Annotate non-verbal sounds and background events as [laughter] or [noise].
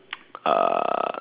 [noise] uh